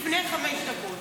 לפני חמש דקות.